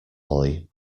lolly